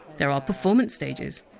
there are performance stages,